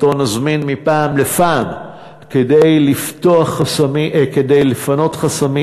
שאותו נזמין מפעם לפעם כדי לפנות חסמים